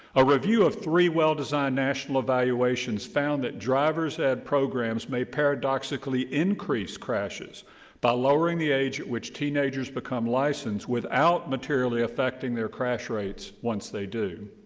a review of three well-designed national evaluations found that drivers ed programs may paradoxically increase crashes by lowering the age at which teenagers become license without materially affecting their crash rates once they do.